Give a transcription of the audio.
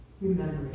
Remember